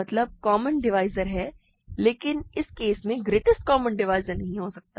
मतलब common divisor हैं लेकिन इस केस में ग्रेटेस्ट कॉमन डिवाइज़र नहीं हो सकता